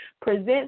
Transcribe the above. present